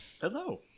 Hello